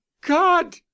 god